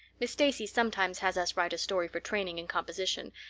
miss stacy sometimes has us write a story for training in composition,